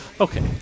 Okay